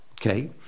Okay